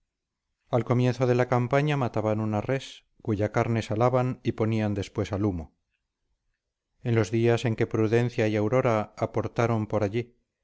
al comienzo de la campaña mataban una res cuya carne salaban y ponían después al humo en los días en que prudencia y aura aportaron por allí